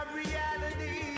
reality